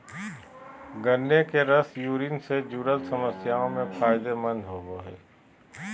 गन्ने के रस यूरिन से जूरल समस्याओं में फायदे मंद होवो हइ